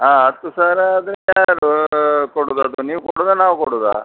ಹಾಂ ಹತ್ತು ಸಾವ್ರ ಆದರೆ ಯಾರು ಕೊಡೋದು ಅದು ನೀವು ಕೊಡೋದ ನಾವು ಕೊಡೋದ